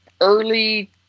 early